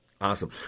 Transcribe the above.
Awesome